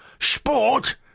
sport